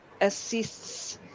assists